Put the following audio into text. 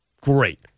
great